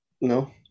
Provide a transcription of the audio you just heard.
no